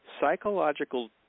psychological